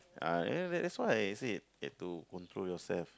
ah that that's why I said have to control yourself